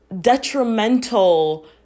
detrimental